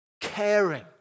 Caring